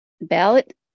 Ballot